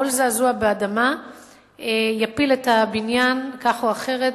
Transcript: כל זעזוע באדמה יפיל את הבניין כך או אחרת,